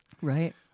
Right